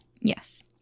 Yes